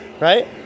Right